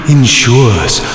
Ensures